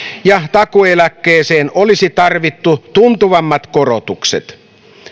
ja takuueläkkeeseen olisi tarvittu tuntuvammat korotukset